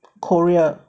korea